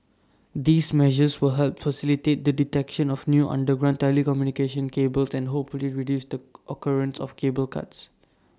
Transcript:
these measures will help facilitate the detection of new underground telecommunication cables and hopefully reduce the occurrence of cable cuts